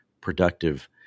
productive